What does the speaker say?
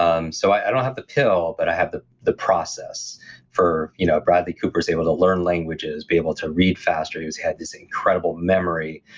um so i don't have the pill, but i have the the process for. you know bradley cooper's able to learn languages, be able to read faster. he had this incredible memory.